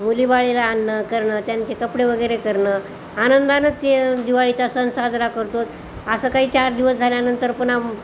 मुलीबाळीला आणणं करणं त्यांचे कपडे वगैरे करणं आनंदानच ते दिवाळीचा सण साजरा करतो असं काही चार दिवस झाल्यानंतर पण आम